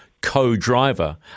co-driver